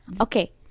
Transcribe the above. okay